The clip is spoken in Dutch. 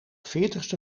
veertigste